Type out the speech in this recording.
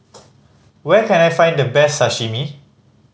where can I find the best Sashimi